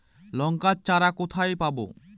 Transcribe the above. লঙ্কার চারা কোথায় পাবো?